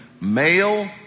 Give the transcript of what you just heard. male